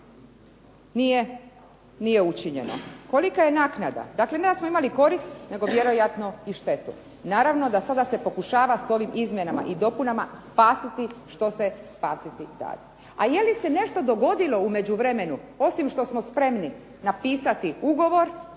nije učinjeno. Kolika je naknada? Dakle, ne da smo imali korist, nego vjerojatno i štetu. Naravno da se sada pokušava ovim izmjenama i dopunama spasiti što se spasiti dade. A jeli se nešto dogodilo u međuvremenu osim što smo spremni napisati ugovor,